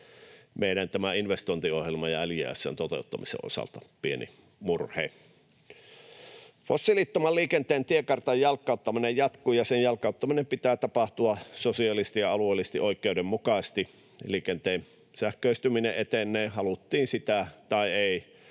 meidän investointiohjelman ja LJS:n toteuttamisen osalta pieni murhe. Fossiilittoman liikenteen tiekartan jalkauttaminen jatkuu, ja sen jalkauttamisen pitää tapahtua sosiaalisesti ja alueellisesti oikeudenmukaisesti. Liikenteen sähköistyminen etenee, haluttiin sitä tai ei,